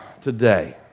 today